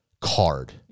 card